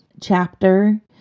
chapter